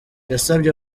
yasabye